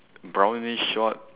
brownish short